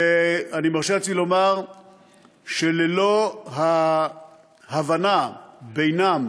אני מרשה לעצמי לומר שללא ההבנה בינם